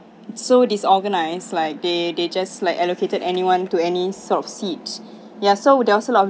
so disorganized like they they just like allocated anyone to any sort of seats ya so there also of